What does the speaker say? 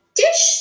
dish